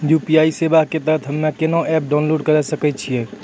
UPI सेवा के तहत हम्मे केना एप्प डाउनलोड करे सकय छियै?